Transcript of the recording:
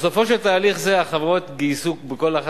בסופו של תהליך זה החברות גייסו בכל אחד